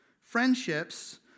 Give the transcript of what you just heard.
friendships